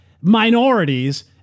minorities